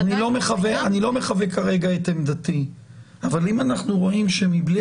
אני כרגע לא מחווה את עמדתי אבל אם אנחנו רואים שמבלי